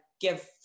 give